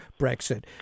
Brexit